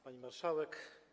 Pani Marszałek!